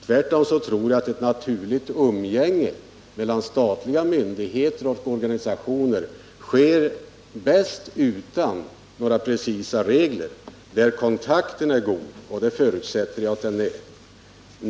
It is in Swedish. Tvärtom tror jag att ett naturligt umgänge mellan statliga myndigheter och organisationer sker bäst utan några precisa regler i de fall där kontakten är god, och det förutsätter jag att den är.